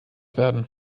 werden